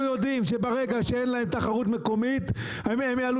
יודעים שברגע שאין להם תחרות מקומית הם יעלו